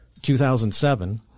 2007